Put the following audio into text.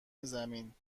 زمین